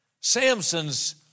Samson's